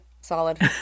solid